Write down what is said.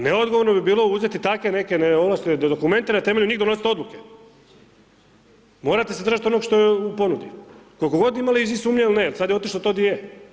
Neodgovorno bi bilo uzeti takve neke ... dokumente, na temelju njih donositi odluke, morate se držati onog što je u ponudi, koliko god imali iz njim sumnje ili ne, jer sad je otišlo to di je.